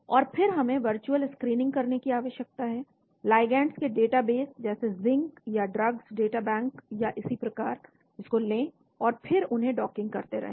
और फिर हमें वर्चुअल स्क्रीनिंग करने की आवश्यकता है लिगेंड्स के डेटाबेस जैसे जिंक या ड्रग्स डेटाबैंक या इसी प्रकार को लें और फिर उन्हें डॉकिंग करते रहें